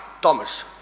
Thomas